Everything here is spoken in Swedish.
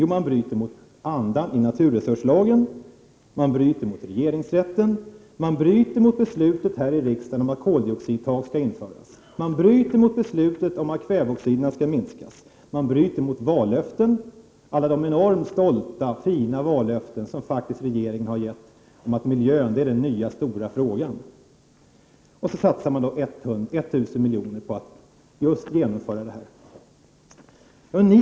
Jo, man bryter mot andan i naturresurslagen, mot regeringsrätten, mot riksdagens beslut om att ett tak för koldioxidutsläppen skall införas, mot beslutet om att kväveoxidutsläppen skall minskas och mot alla de stolta och fina vallöften som regeringen avgett om att miljön är den nya stora frågan. Sedan satsar man 1 000 milj.kr. på att genomföra just detta projekt.